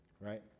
right